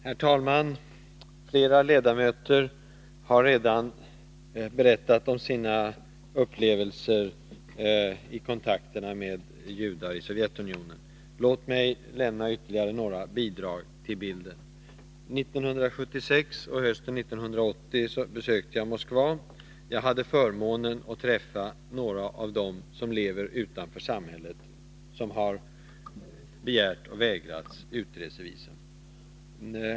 Herr talman! Flera ledamöter har redan berättat om sina upplevelser i kontakterna med judar i Sovjetunionen. Låt mig ge ytterligare några bidrag till bilden. 1976 och hösten 1980 besökte jag Moskva. Jag hade förmånen att träffa några av dem som lever utanför samhället, som har begärt och vägrats utresevisum.